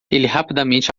rapidamente